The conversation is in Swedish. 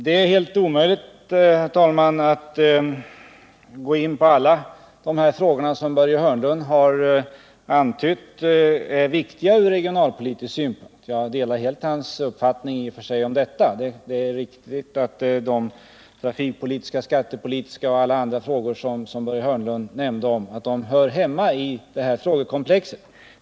Det är, herr talman, helt omöjligt att gå in på alla de frågor som Börje Hörnlund nu tagit upp och som han bedömer som viktiga från regionalpolitisk synpunkt. Jag delar i och för sig helt hans uppfattning att det är viktigt att de trafikpolitiska, skattepolitiska och andra frågor som han nämnde hör hemmaii detta frågekomplex.